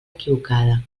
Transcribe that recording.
equivocada